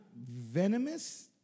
venomous